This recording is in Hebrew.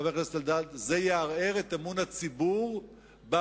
חבר הכנסת אלדד: זה יערער את אמון הציבור ברגולטור.